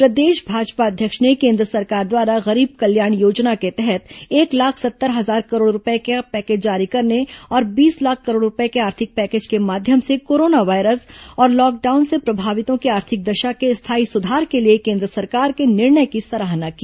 प्रदेश भाजपा अध्यक्ष ने केन्द्र सरकार द्वारा गरीब कल्याण योजना के तहत एक लाख सत्तर हजार करोड़ रूपये का पैकेज जारी करने और बीस लाख करोड़ रूपये के आर्थिक पैकेज के माध्यम से कोरोना वायरस और लॉकडाउन से प्रभावितों की आर्थिक दशा के स्थायी सुधार के लिए केन्द्र सरकार के निर्णय की सराहना की